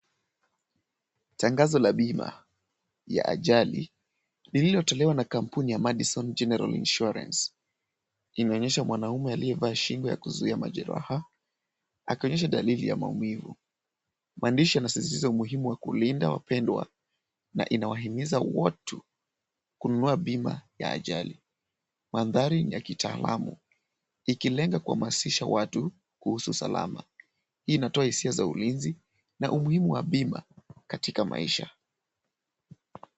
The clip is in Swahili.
Tangazo la bima ya ajali lililotolewa na kampuni ya Madison General Insurance . Imeonyesha mwanaume aliyevaa shingo ya kuzuia majeraha akionyesha dalili ya maumivu. Maandishi yanasisitiza umuhimu wa kulinda wapendwa na inawahimiza watu kununua bima ya ajali. Mandhari ni ya kitaalamu ikilenga kuhamasisha watu kuhusu salama. Hii inatoa hisia za ulinzi na umuhimu wa bima katika maisha.